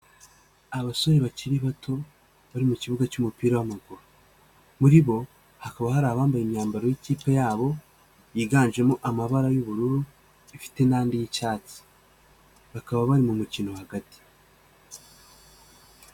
Abasore bakiri bato bari mu kibuga cy'umupira w'amaguru, muri bo hakaba hari abambaye imyambaro y'ikipe yabo yiganjemo amabara y'ubururu ifite n'andi y'icyatsi, bakaba bari mu mukino hagati.